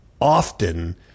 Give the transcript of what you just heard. often